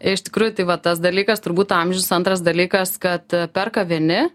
iš tikrųjų tai va tas dalykas turbūt amžius antras dalykas kad perka vieni